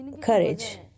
courage